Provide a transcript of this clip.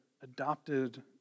adopted